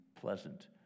Pleasant